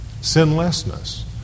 Sinlessness